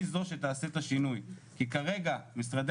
היא זו שתעשה את השינוי כי כרגע משרדי